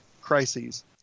crises